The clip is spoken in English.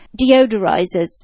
Deodorizers